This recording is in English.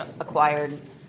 acquired